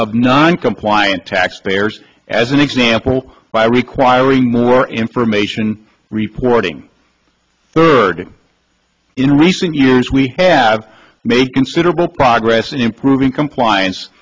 of non compliant tax payers as an example by requiring more information reporting third in recent years we have may consider progress in improving compliance